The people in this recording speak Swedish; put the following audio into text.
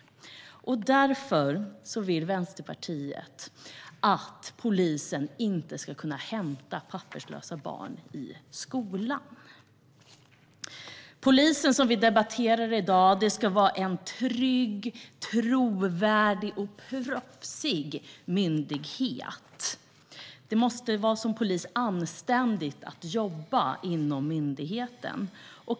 Därför vill Vänsterpartiet att polisen inte ska kunna hämta papperslösa barn i skolan. Polisen, som vi debatterar i dag, ska vara en trygg, trovärdig och proffsig myndighet. Det måste vara anständigt att jobba inom myndigheten.